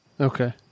Okay